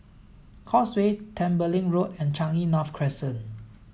Causeway Tembeling Road and Changi North Crescent